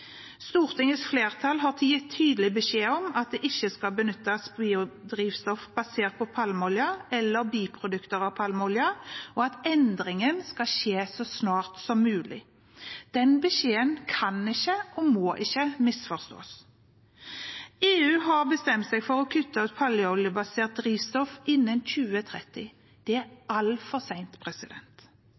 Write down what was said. Stortingets flertall har gitt tydelig beskjed om at det ikke skal benyttes biodrivstoff basert på palmeolje eller biprodukter av palmeolje, og at endringen skal skje så snart som mulig. Den beskjeden kan ikke og må ikke misforstås. EU har bestemt seg for å kutte ut palmeoljebasert drivstoff innen 2030. Det er altfor